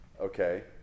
okay